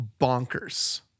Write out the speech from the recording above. bonkers